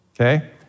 okay